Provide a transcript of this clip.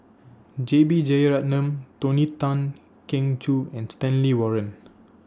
J B Jeyaretnam Tony Tan Keng Joo and Stanley Warren